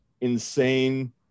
insane